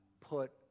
put